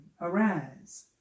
arise